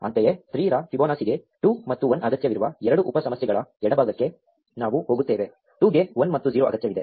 ಅಂತೆಯೇ 3 ರ ಫಿಬೊನಾಸಿಗೆ 2 ಮತ್ತು 1 ಅಗತ್ಯವಿರುವ ಎರಡು ಉಪ ಸಮಸ್ಯೆಗಳ ಎಡಭಾಗಕ್ಕೆ ನಾವು ಹೋಗುತ್ತೇವೆ 2 ಗೆ 1 ಮತ್ತು 0 ಅಗತ್ಯವಿದೆ